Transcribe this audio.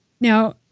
Now